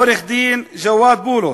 עורך-הדין ג'ואד בולוס,